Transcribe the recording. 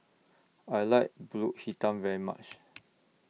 I like Pulut Hitam very much